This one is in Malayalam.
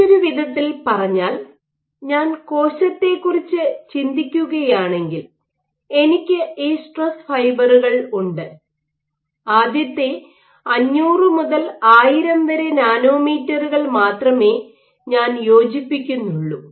മറ്റൊരു വിധത്തിൽ പറഞ്ഞാൽ ഞാൻ കോശത്തെക്കുറിച്ച് ചിന്തിക്കുകയാണെങ്കിൽ എനിക്ക് ഈ സ്ട്രെസ് ഫൈബറുകൾ ഉണ്ട് ആദ്യത്തെ 500 മുതൽ 1000 വരെ നാനോമീറ്ററുകൾ മാത്രമേ ഞാൻ യോജിപ്പിക്കുന്നുള്ളൂ